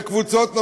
וקבוצות נוספות,